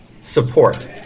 support